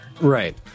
Right